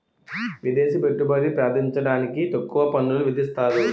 విదేశీ పెట్టుబడి ప్రార్థించడానికి తక్కువ పన్నులు విధిస్తారు